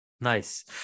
Nice